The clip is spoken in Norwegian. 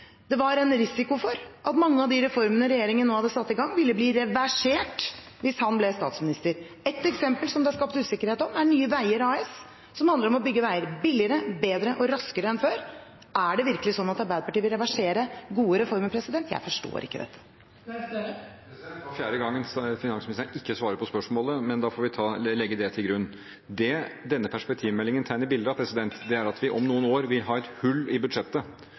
det var en risiko for at mange av de reformene regjeringen nå hadde satt i gang, ville bli reversert hvis han ble statsminister. Ett eksempel som det er skapt usikkerhet om, er Nye Veier AS, som handler om å bygge veier billigere, bedre og raskere enn før. Er det virkelig sånn at Arbeiderpartiet vil reversere gode reformer? Jeg forstår ikke dette. Det var fjerde gang finansministeren ikke svarer på spørsmålet, men da får vi legge det til grunn. Det denne perspektivmeldingen tegner bilde av, er at vi om noen år vil ha et hull i budsjettet.